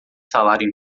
salário